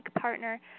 partner